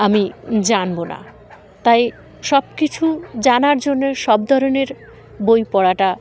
আমি জানবো না তাই সব কিছু জানার জন্যে সব ধরনের বই পড়াটা